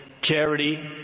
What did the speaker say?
charity